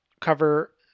cover